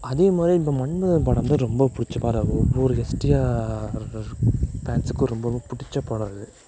அதேமாதிரி இப்போ மன்மதன் படம் வந்து ரொம்ப பிடிச்ச படம் ஒவ்வொரு எஸ்டிஆர் ஃபேன்ஸுக்கும் ரொம்பவும் பிடிச்ச படம் அது